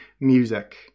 music